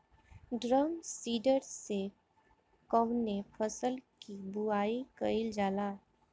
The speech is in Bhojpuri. ड्रम सीडर से कवने फसल कि बुआई कयील जाला?